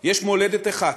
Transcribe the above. יש מולדת אחת,